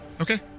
okay